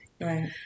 Right